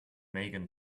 megan